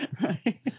Right